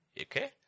Okay